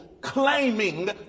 claiming